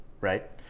right